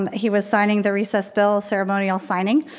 he was signing the recessed bill ceremonial signing.